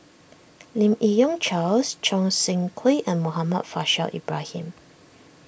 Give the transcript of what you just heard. Lim Yi Yong Charles Choo Seng Quee and Muhammad Faishal Ibrahim